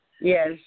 Yes